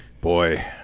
Boy